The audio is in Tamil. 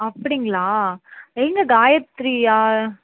அப்படிங்களா நீங்கள் காயத்ரியா